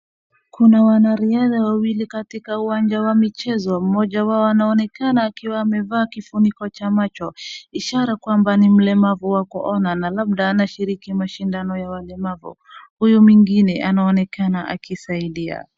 Kuna wanariadha wawili katika uwanja wa michezo mmoja wao anaonekana akiwa amevaa kifuniko cha macho ishara kwamba ni mlemavu wa kuona na labda anashiriki mashindano ya walemavu. Huyu mwingine anaonekana akisaidia.